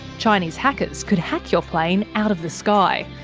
chinese hackers could hack your plane out of the sky.